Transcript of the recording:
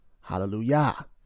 hallelujah